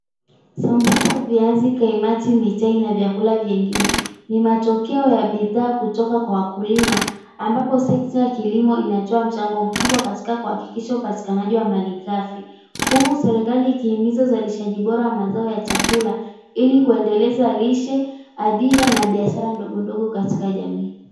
Sambusa, viazi, mitai na vyakula vyengine, ni matokeo ya bidhaa kutoka kwa wakulima, ambapo sekta ya kilimo inatoa mchango mkubwa katika kuhakikisha upatikanaji wa malighafi. Huku serikali ikihimiza uzalishaji bora wa mazao ya chakula, ili kuendeleza lishe, ajira na biashara ndogo ndogo katika jamii.